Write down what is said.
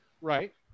Right